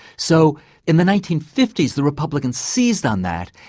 so in the nineteen fifty s the republicans seized on that,